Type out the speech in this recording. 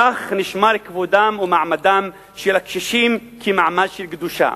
כך נשמר כבודם ונשמר מעמדם של הקשישים כמעמד של קדושה.